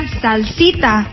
salsita